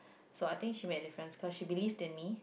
so I think she make different cause she believe than me